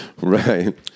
Right